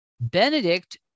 Benedict